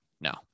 no